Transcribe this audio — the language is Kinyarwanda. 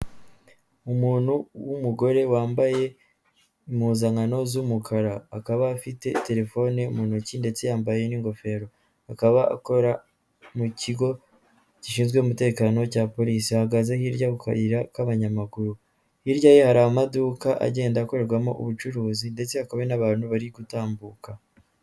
Umuntu w'umugore wambaye impuzankano z'umukara, akaba afite telefone mu ntoki ndetse yambaye n'ingofero, akaba akora mu kigo gishinzwe umutekano cya polisi, ahahagaze hirya ku kayira k'abanyamaguru, hirya ye hari amaduka agenda akorerwamo ubucuruzi ndetse hakaba hari n'abantu bari gutambuka.